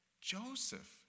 Joseph